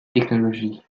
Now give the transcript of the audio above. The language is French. technologies